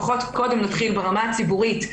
לפחות קודם נתחיל ברמה הציבורית,